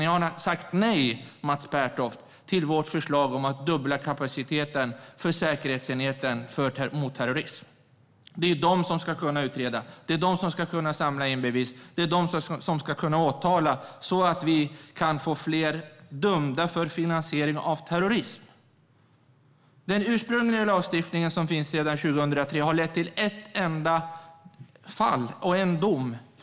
Ni har sagt nej till vårt förslag att dubbla kapaciteten för säkerhetsenheten mot terrorism, Mats Pertoft. Det är de som ska kunna utreda, samla in bevis och åtala så att vi kan få fler dömda för finansiering av terrorism. Den lagstiftning som finns sedan 2003 har lett till en enda dom.